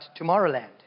Tomorrowland